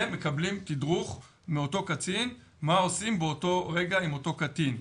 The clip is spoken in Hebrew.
ומקבלים תדרוך מאותו קצין מה עושים באותו רגע עם אותו קטין.